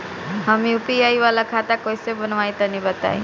हम यू.पी.आई वाला खाता कइसे बनवाई तनि बताई?